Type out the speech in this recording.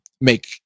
make